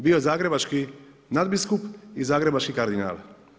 Bio je zagrebački nadbiskup i zagrebački kardinal.